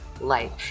life